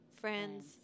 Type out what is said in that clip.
friends